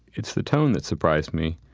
it's the tone that surprised me.